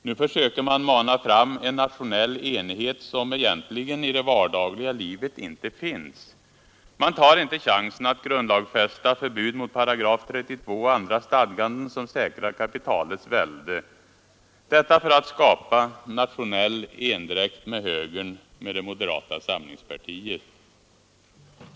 Nu försöker man mana fram en nationell enighet som egentligen i det vardagliga livet inte finns. Man tar inte chansen att grundlagsfästa förbud mot § 32 och andra stadganden som säkrar kapitalets välde, detta för att skapa nationell endräkt med högern, med det moderata samlingspartiet.